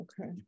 okay